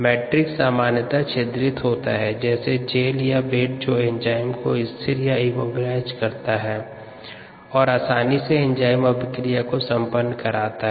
matrix सामान्यतः छिद्रित होता है जैसे जेल या बेड जो एंजाइम को स्थिर या इम्मोबिलाईज करता है और आसानी से एंजाइम अभिक्रिया संपन्न करता है